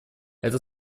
это